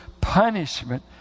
punishment